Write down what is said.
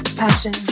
passion